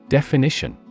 Definition